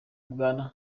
bwana